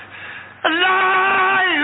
Alive